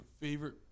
favorite